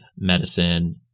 medicine